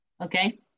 Okay